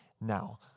Now